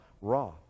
raw